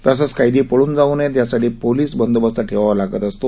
तसंच कैदी पळून जाऊ नये यासाठी पोलीस बंदोबस्त ठेवावा लागत असे